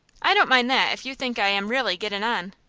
i don't mind that if you think i am really gettin' on.